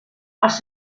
els